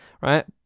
right